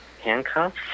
handcuffs